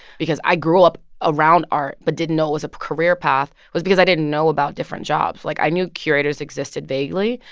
because i grew up around art but didn't know it was a career path, was because i didn't know about different jobs. like, i knew curators existed vaguely,